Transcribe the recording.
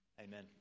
Amen